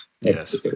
Yes